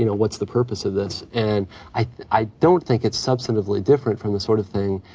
you know what's the purpose of this? and i don't think it's substantively different from the sort of thing,